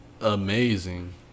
amazing